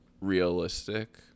realistic